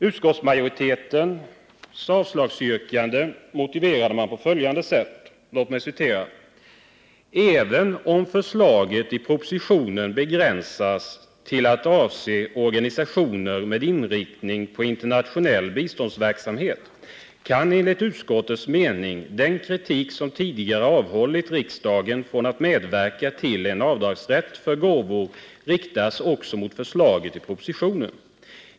Utskottsmajoritetens avslagsyrkande motiveras på följande sätt: ”Även om förslaget i propositionen begränsats till att avse organisationer med inriktning på internationell biståndsverksamhet kan enligt utskottets mening den kritik som tidigare avhållit riksdagen från att medverka till en avdragsrätt för gåvor riktas också mot förslaget i propositionen.